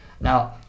Now